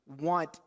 want